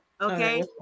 Okay